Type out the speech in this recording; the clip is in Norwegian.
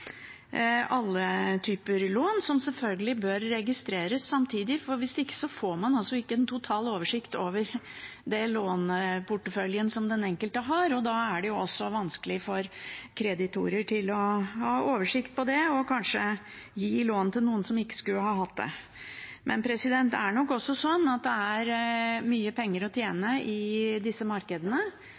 alle typer lån, som selvfølgelig bør registreres samtidig. Hvis ikke får man ikke en total oversikt over den låneporteføljen som den enkelte har. Da er det også vanskelig for kreditorer å ha oversikt over det, og de kan da kanskje gi lån til noen som ikke skulle ha hatt det. Det er nok også mye penger å tjene i disse markedene.